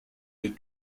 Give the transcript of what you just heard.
les